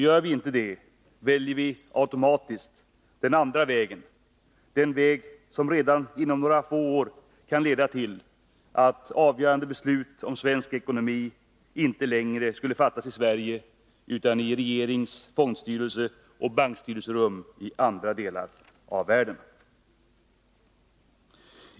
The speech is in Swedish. Gör vi inte det, väljer vi automatiskt den andra vägen — den väg som redan inom några få år kan leda till att avgörande beslut om svensk ekonomi inte längre skulle fattas i Sverige utan i regerings-, fondstyrelseoch bankstyrelserum i andra delar av världen.